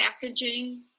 packaging